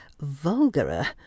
vulgarer